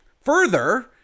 Further